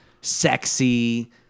sexy